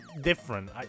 different